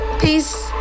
Peace